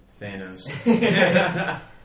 Thanos